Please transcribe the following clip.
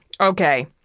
Okay